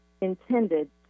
intended